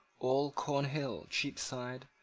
all cornhill, cheapside,